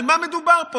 על מה מדובר פה?